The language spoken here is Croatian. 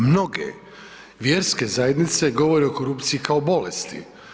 Mnoge vjerske zajednice govore o korupciji kao bolesti.